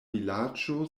vilaĝo